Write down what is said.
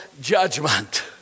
judgment